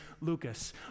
Lucas